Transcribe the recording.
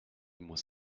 muss